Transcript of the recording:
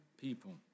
people